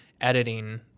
editing